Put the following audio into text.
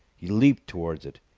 he leaped towards it.